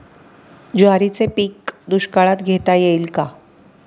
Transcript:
ज्वारीचे पीक दुष्काळात घेता येईल का?